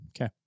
Okay